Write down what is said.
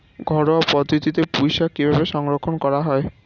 ঘরোয়া পদ্ধতিতে পুই শাক কিভাবে সংরক্ষণ করা হয়?